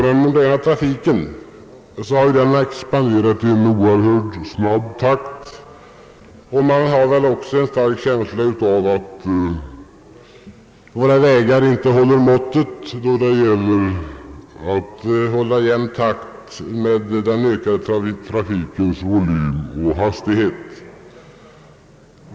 Den moderna trafiken har ju expanderat i oerhört snabb takt, och man har en stark känsla av att våra vägar inte kunnat förbättras i takt med trafikens ökade volym och hastighet.